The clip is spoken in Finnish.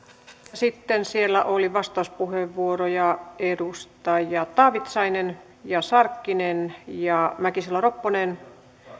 sitten siellä oli vastauspuheenvuoroja edustajat taavitsainen sarkkinen ja mäkisalo ropponen